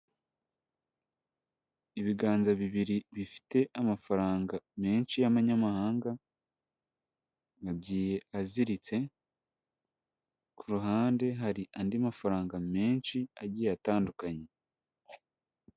Ibiganza bibiri bifite amafaranga menshi y'amanyamahanga, agiye aziritse, ku ruhande hari andi mafaranga menshi agiye atandukanye.